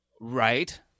right